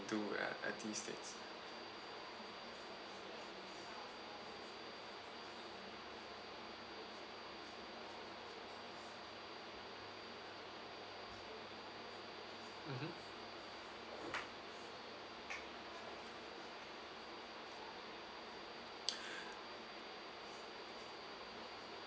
and do at these states mmhmm